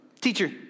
Teacher